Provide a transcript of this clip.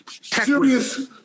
serious